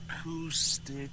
acoustic